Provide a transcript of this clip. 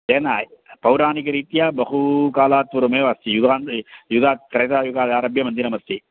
तेन पौराणिकरीत्या बहु कालात् पूर्वमेव अस्ति युगान्ते युगात् त्रेतायुगात् मन्दिरमस्ति